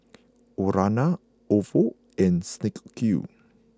Urana Ofo and Snek Ku